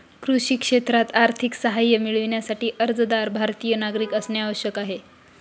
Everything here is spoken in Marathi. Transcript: कृषी क्षेत्रात आर्थिक सहाय्य मिळविण्यासाठी, अर्जदार भारतीय नागरिक असणे आवश्यक आहे